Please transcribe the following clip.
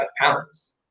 pounds